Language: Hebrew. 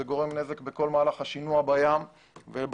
זה גורם נזק בכל מהלך השינוע בים ובקצה